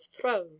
throne